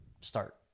start